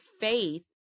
faith